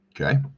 Okay